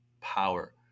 power